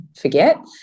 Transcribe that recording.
forget